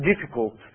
difficult